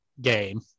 game